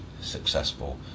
successful